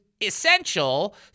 essential